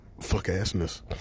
fuck-assness